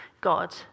God